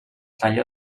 taller